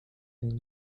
than